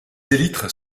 élytres